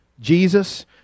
Jesus